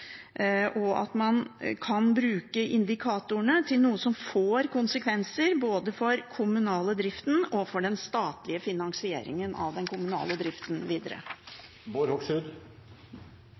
og at man kan bruke indikatorene til noe som får konsekvenser, både for den kommunale driften og for den statlige finansieringen av den kommunale driften videre.